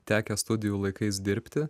tekę studijų laikais dirbti